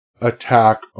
attack